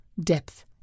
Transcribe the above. depth